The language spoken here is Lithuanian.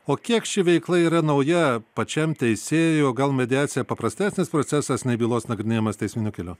o kiek ši veikla yra nauja pačiam teisėjui o gal mediacija paprastesnis procesas nei bylos nagrinėjimas teisminiu keliu